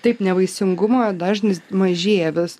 taip nevaisingumo dažnis mažėja vis